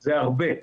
זה הרבה.